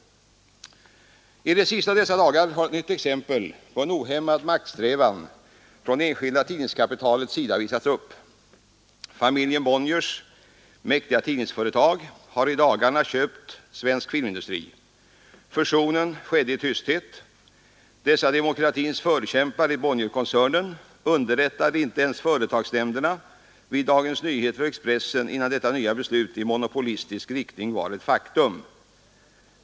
I de sista av dessa dagar har ett nytt exempel på en ohämmad maktsträvan från det enskilda tidningskapitalets sida visats upp. Familjen Bonniers mäktiga tidningsföretag har i dagarna köpt Svensk filmindustri. Fusionen skedde i tysthet. Dessa demokratins förkämpar i Bonnierkoncernen underrättade inte ens företagsnämnderna vid Dagens Nyheter och Expressen innan detta nya beslut i monopolistisk riktning var ett faktum.